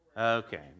Okay